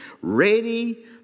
ready